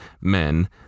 men